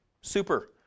super